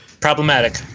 Problematic